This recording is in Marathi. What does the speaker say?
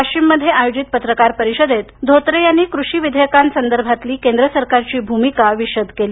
वाशिममध्ये आयोजित पत्रकार परिषदेत धोत्रे यांनी कृषी विधेयकांसदर्भातली केंद्र सरकारची भूमिका विषद केली